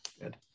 good